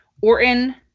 orton